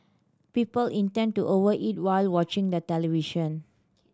people intend to over eat while watching the television